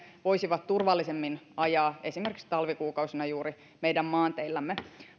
voisivat turvallisemmin ajaa esimerkiksi juuri talvikuukausina maanteillämme